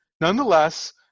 Nonetheless